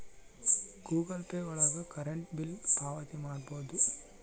Google Pay ಒಳಗ current bill ಪಾವತಿ ಮಾಡ್ಬೋದು